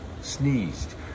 sneezed